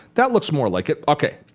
that looks more like it. okay.